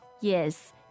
Yes